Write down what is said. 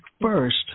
First